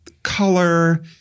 Color